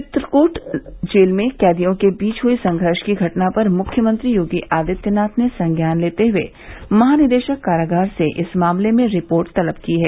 चित्रकूट जेल में कैदियों के बीच हुए संघर्ष की घटना पर मुख्यमंत्री योगी आदित्यनाथ ने संज्ञान लेते हुए महानिदेशक कारागार से इस मामले में रिपोर्ट तलब की है